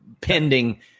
pending